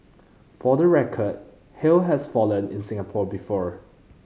for the record hail has fallen in Singapore before